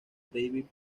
david